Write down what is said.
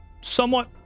somewhat